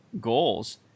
goals